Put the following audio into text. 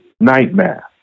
nightmare